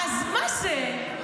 אז מה זה?